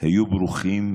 היו ברוכים,